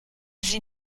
sie